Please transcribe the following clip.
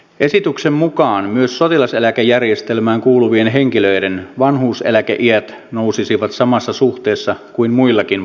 esityksen mukaan myös sotilaseläkejärjestelmään kuuluvien henkilöiden vanhuuseläkeiät nousisivat samassa suhteessa kuin muillakin palkansaajilla